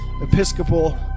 Episcopal